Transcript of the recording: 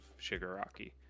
Shigaraki